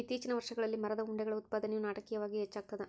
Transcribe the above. ಇತ್ತೀಚಿನ ವರ್ಷಗಳಲ್ಲಿ ಮರದ ಉಂಡೆಗಳ ಉತ್ಪಾದನೆಯು ನಾಟಕೀಯವಾಗಿ ಹೆಚ್ಚಾಗ್ತದ